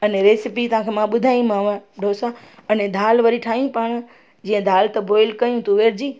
अने रैसिपी तव्हांखे मां ॿुधाईमांव डोसा अने दालि वरी ठाहियूं पाणि जीअं दालि त बॉयल कयूं तूअर जी